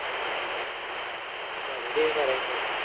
हय बरें बरें देव बरें करूं